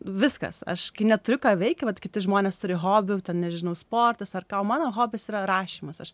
viskas aš neturiu ką veikti vat kiti žmonės turi hobių ten nežinau sportas ar ką o mano hobis yra rašymas aš